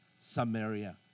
Samaria